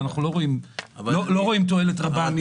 ואנחנו לא רואים תועלת רבה מעוד שינויים.